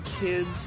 kids